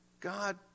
God